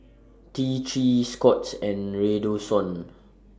T three Scott's and Redoxon